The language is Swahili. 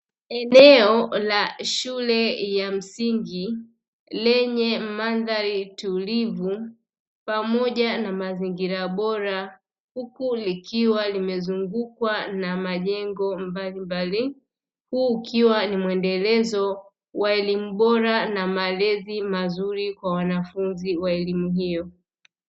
Eneo la shule ya msingi, lenye mandhari tulivu pamoja na mazingira bora, huku likiwa limezungukwa na majengo mbalimbali. Huu ukiwa ni muendelezo wa elimu bora na malezi mazuri kwa wanafunzi wa elimu hiyo.